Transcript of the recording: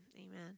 amen